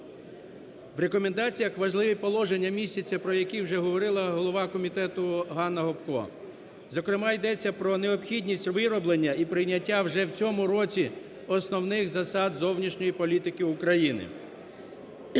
В рекомендаціях важливі положення містяться, про які вже говорила голова комітету Ганна Гопко. Зокрема, йдеться про необхідність вироблення і прийняття вже в цьому році основних засад зовнішньої політики України.